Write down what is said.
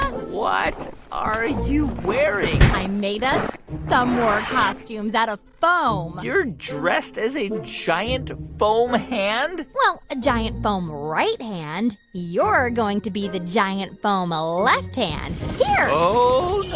what are you wearing? i made us thumb war costumes out of foam you're dressed as a giant foam hand? well, a giant foam right hand. you're going to be the giant foam ah left hand. here yeah oh,